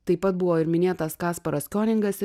taip pat buvo ir minėtas kasparas kioningas